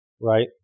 Right